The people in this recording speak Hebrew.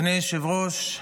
אדוני היושב-ראש,